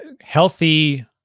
healthy